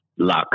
luck